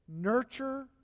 nurture